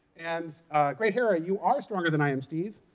and great hera, you are stronger than i am steve.